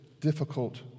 Difficult